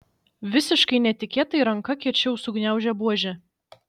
visiškai netikėtai ranka kiečiau sugniaužė buožę